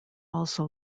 also